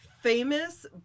famous